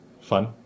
Fun